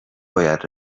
باید